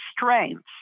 strengths